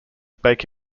bake